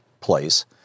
place